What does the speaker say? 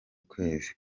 kwezi